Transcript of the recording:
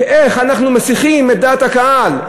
איך אנחנו מסיחים את דעת הקהל.